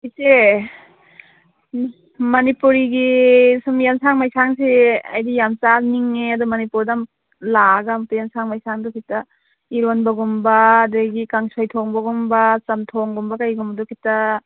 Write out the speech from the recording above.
ꯏꯆꯦ ꯃꯥ ꯃꯅꯤꯄꯨꯔꯤꯒꯤ ꯁꯨꯝ ꯑꯦꯟꯁꯥꯡ ꯃꯩꯁꯥꯡꯁꯦ ꯑꯩꯗꯤ ꯌꯥꯝ ꯆꯥꯅꯤꯡꯉꯦ ꯑꯗꯣ ꯃꯅꯤꯄꯨꯔꯗ ꯂꯥꯛꯑꯒ ꯑꯃꯇꯥ ꯑꯦꯟꯁꯥꯡ ꯃꯩꯁꯥꯡꯗꯣ ꯈꯤꯇꯥ ꯏꯔꯣꯟꯕꯒꯨꯝꯕ ꯑꯗꯩꯗꯤ ꯀꯥꯡꯁꯣꯏ ꯊꯣꯡꯕꯒꯨꯝꯕ ꯆꯝꯊꯣꯡꯒꯨꯝꯕ ꯀꯩꯒꯝꯕꯗꯣ ꯈꯤꯇꯥ